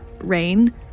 rain